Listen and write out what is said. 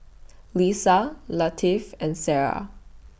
Lisa Latif and Sarah